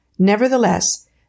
Nevertheless